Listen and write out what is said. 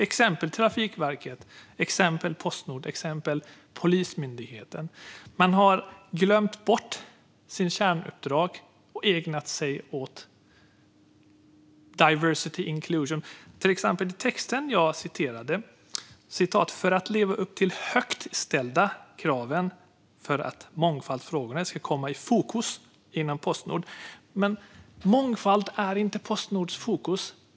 Exempel på detta är Trafikverket, Postnord och Polismyndigheten. De har glömt bort sitt kärnuppdrag och ägnat sig åt mångfald och inkludering. I texten som citerades stod det: "För att leva upp till högt ställda krav och för att mångfaldsfrågorna ska komma i fokus inom Postnord -". Men mångfald är inte Postnords fokus.